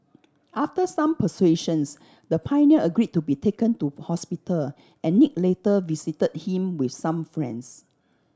after some persuasions the pioneer agreed to be taken to hospital and Nick later visited him with some friends